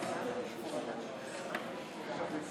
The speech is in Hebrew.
בתוך תא ההצבעה הונחו פתקי ההצבעה עם שמות המועמדים וכן פתקים לבנים.